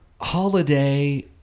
holiday